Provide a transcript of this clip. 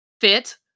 fit